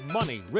money